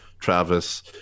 Travis